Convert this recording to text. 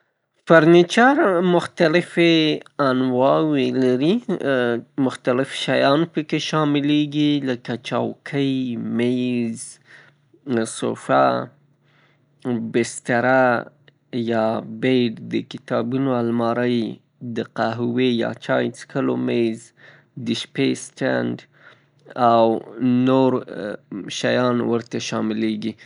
فرنیچر مختلفې انواوې لري مختلف شیان په کې شاملیږي لکه چوکۍ، میز، صوفه، بستره یا بید، د کتابونو المارۍ، د قهوې یا چای څښلو میز، د شپې ستند او نور شیان ورکې شاملیږي.